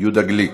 יהודה גליק,